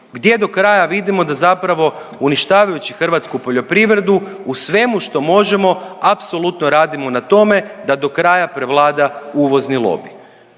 gdje do kraja vidimo da zapravo uništavajući hrvatsku poljoprivredu u svemu što možemo apsolutno radimo na tome da do kraja prevlada uvozni lobij.